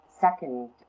second